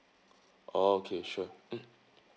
okay sure mm